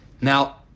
Now